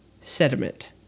sediment